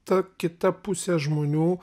ta kita pusė žmonių